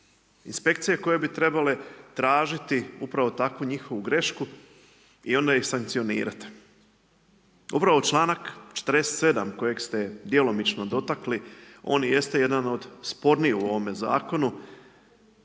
inspekcije koje bi trebale tražiti upravo takvu njihovu grešku i onda ih sankcionirati. Upravo članak 47. kojeg ste djelomično dotakli, on i jeste jedan od spornijih u ovome zakonu